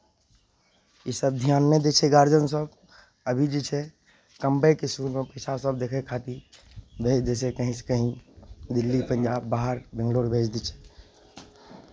इसभ ध्यान नहि दै छै गारजियनसभ अभी जे छै कमबयके सुभ हिसाब सभ देखय खातिर भेज दै छै कहीँसँ कहीँ दिल्ली पंजाब बाहर बैंगलौर भेज दै छै